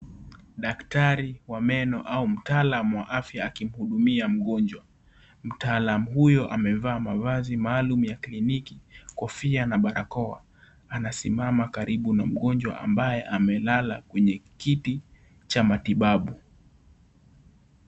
Daktari wa meno au mtaalam wa afya, akimhudumia mgonjwa. Mtaalam huyo, amevaa mavazi maalum ya kliniki, kofia na barakoa. Anasimama karibu na mgonjwa, ambaye amelala kwenye kiti cha matibabu.